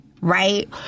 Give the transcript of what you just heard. Right